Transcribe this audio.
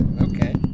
Okay